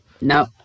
no